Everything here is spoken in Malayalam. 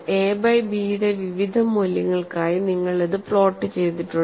എ ബൈ ബിയുടെ വിവിധ മൂല്യങ്ങൾക്കായി നിങ്ങൾ ഇത് പ്ലോട്ട് ചെയ്തിട്ടുണ്ട്